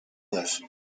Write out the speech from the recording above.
live